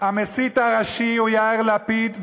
המסית הראשי הוא יאיר לפיד,